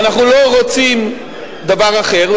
ואנחנו לא רוצים דבר אחר,